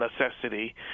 necessity